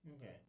okay